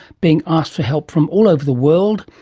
being asked for help from all over the world,